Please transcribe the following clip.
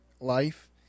life